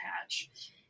patch